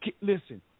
Listen